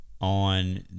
On